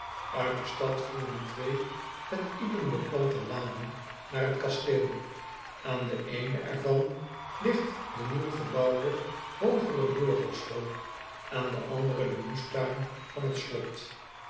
it de stad voeren twee met iepen beplante lanen naar het kasteel an eene er van ligt de nieuw gebouwde hoogere burgerschool aan de andere de moestuin van het slot